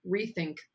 rethink